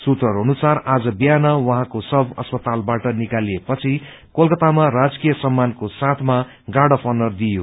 सूत्रहरू अनुसार आज विहान उहाँको शव अस्पतालबाट निकालिए पछि कोलकतामा राजकीय सम्मानको साथमा गार्ड अफ् अनर दिइयो